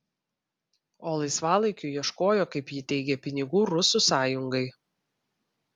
o laisvalaikiu ieškojo kaip ji teigė pinigų rusų sąjungai